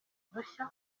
udushya